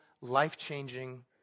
life-changing